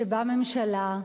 שבאה ממשלה,